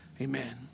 Amen